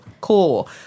Cool